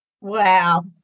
Wow